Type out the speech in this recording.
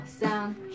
sound